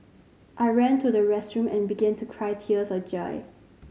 I ran to the restroom and began to cry tears of joy